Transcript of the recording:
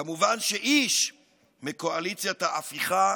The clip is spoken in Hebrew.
כמובן שאיש מקואליציית ההפיכה